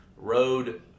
road